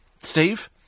Steve